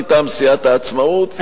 מטעם סיעת העצמאות,